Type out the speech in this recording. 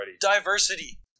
Diversity